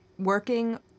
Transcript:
working